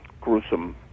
gruesome